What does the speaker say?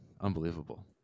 unbelievable